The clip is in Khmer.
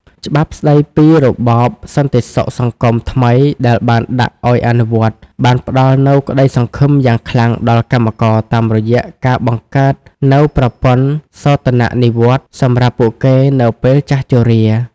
ច្បាប់ស្តីពីរបបសន្តិសុខសង្គមថ្មីដែលបានដាក់ឱ្យអនុវត្ត បានផ្តល់នូវក្តីសង្ឃឹមយ៉ាងខ្លាំងដល់កម្មករតាមរយៈការបង្កើតនូវប្រព័ន្ធសោធននិវត្តន៍សម្រាប់ពួកគេនៅពេលចាស់ជរា។